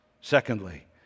Secondly